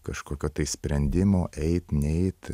kažkokio sprendimo eit neit